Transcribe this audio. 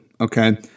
Okay